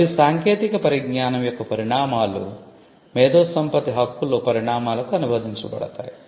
మరియు సాంకేతిక పరిజ్ఞానం యొక్క పరిణామాలు మేధోసంపత్తి హక్కులో పరిణామాలకు అనువదించబడతాయి